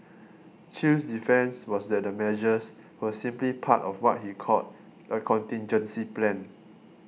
chew's defence was that the measures were simply part of what he called a contingency plan